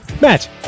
Matt